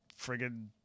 friggin